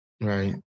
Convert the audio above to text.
Right